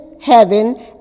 heaven